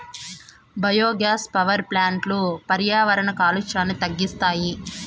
biogas power ప్లాంట్లు పర్యావరణ కాలుష్యాన్ని తగ్గిస్తాయి